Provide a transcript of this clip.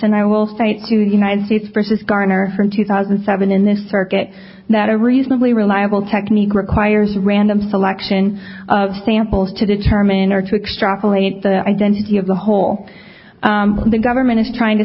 and i will fight to the united states versus garner from two thousand and seven in this circuit that a reasonably reliable technique requires random selection of samples to determine or to extrapolate the identity of the whole the government is trying to